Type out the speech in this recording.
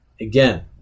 again